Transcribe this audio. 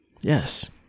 yes